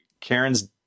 Karen's